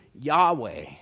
Yahweh